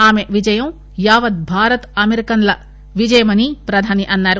ఆమె విజయం యావత్ భారత్ అమెరికన్ ల విజయమని ప్రధాని అన్నారు